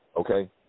okay